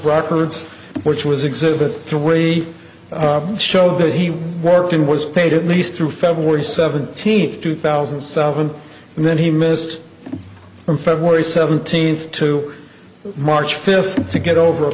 records which was exhibit three showed that he worked and was paid at least through february seventeenth two thousand and seven and then he missed from february seventeenth to march fifth to get over a